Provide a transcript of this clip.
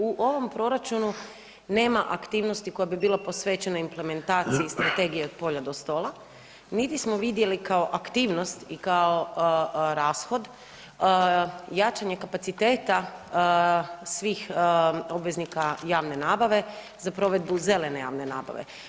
U ovom proračunu nema aktivnosti koja bi bila posvećena implementaciji Strategije od polja do stola, niti smo vidjeli kao aktivnost i kao rashod jačanje kapaciteta svih obveznika javne nabave za provedbu zelene javne nabave.